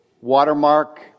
Watermark